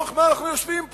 לצורך מה אנחנו יושבים פה?